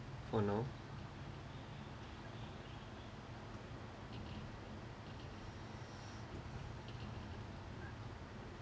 or no